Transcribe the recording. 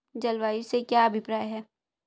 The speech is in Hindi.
जलवायु से क्या अभिप्राय है?